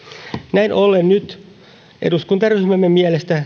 näin ollen eduskuntaryhmämme mielestä